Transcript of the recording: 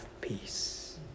peace